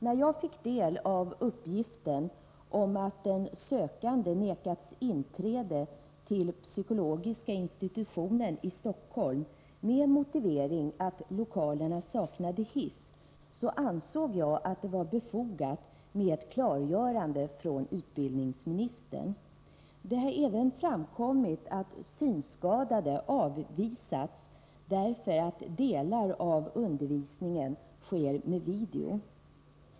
När jag fick del av uppgiften att en sökande vägrats inträde till psykologiska institutionen vid Stockholms universitet med motivering att lokalerna saknar hiss, ansåg jag det vara befogat med ett klargörande från utbildningsministern. Det har även framkommit att synskadade avvisats därför att delar av undervisningen sker med video.